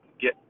get